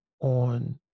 on